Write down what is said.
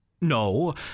No